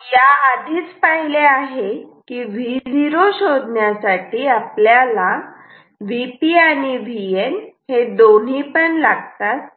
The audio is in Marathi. आपण या आधीच पाहिले आहे की Vo शोधण्यासाठी आपल्याला Vp आणि Vn हे दोन्हीपण लागतात